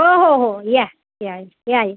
हो हो हो या या या या